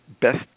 best